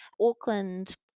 Auckland